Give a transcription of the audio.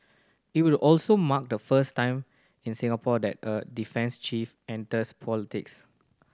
it will also mark the first time in Singapore that a defence chief enters politics